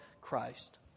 Christ